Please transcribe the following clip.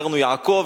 הכרנו יעקב,